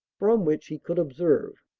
from which he could observe.